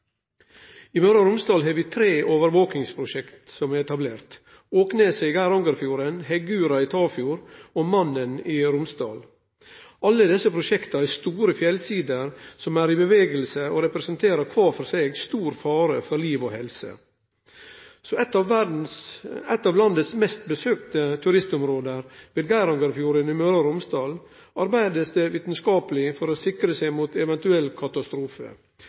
I Møre og Romsdal har vi etablert tre overvakingsprosjekt: Åkneset ved Geirangerfjorden, Heggura i Tafjord og Mannen i Romsdalen. Alle desse prosjekta gjeld store fjellsider som er i bevegelse, og som kvar for seg representerer stor fare for liv og helse. I eitt av landets mest besøkte turistområde, ved Geirangerfjorden i Møre og Romsdal, arbeider ein vitskapleg for å sikre seg mot ein eventuell katastrofe.